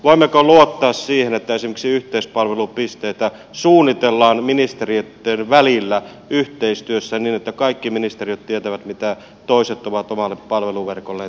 voimmeko luottaa siihen että esimerkiksi yhteispalvelupisteitä suunnistellaan ministeriöitten välillä yhteistyössä niin että kaikki ministeriöt tietävät mitä toiset ovat omalle palveluverkolleen tekemässä